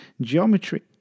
geometry